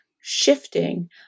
shifting